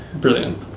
Brilliant